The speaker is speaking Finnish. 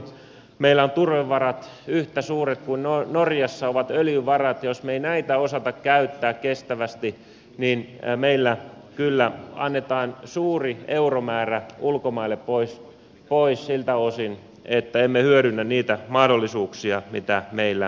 meillä ovat turvevarat yhtä suuret kuin norjassa ovat öljyvarat ja jos me emme näitä osaa käyttää kestävästi niin meillä kyllä annetaan suuri euromäärä ulkomaille pois siltä osin että emme hyödynnä niitä mahdollisuuksia mitä meillä tässä olisi